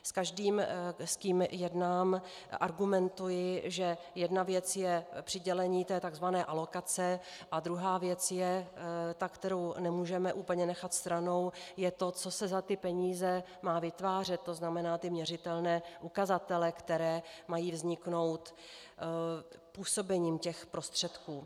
S každým, s kým jednám, argumentuji, že jedna věc je přidělení té takzvané alokace a druhá věc je ta, kterou nemůžeme úplně nechat stranou, to je to, co se za ty peníze má vytvářet, to znamená měřitelné ukazatele, které mají vzniknout působením těch prostředků.